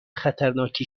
خطرناکی